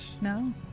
No